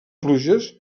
pluges